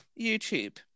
YouTube